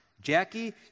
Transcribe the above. Jackie